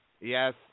Yes